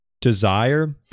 desire